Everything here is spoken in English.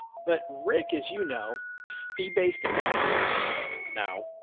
but rick is, you know, fee based advisor now,